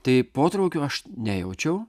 tai potraukio aš nejaučiau